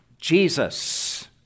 Jesus